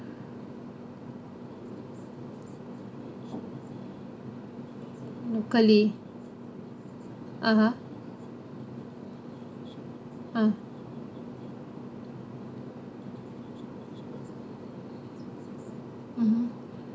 locally (uh huh) (huh) mmhmm